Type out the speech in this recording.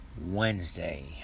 Wednesday